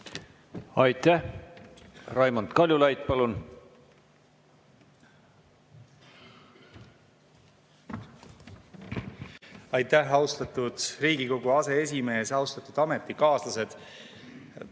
Aitäh! Raimond Kaljulaid, palun! Aitäh, austatud Riigikogu aseesimees! Austatud ametikaaslased!